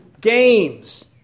games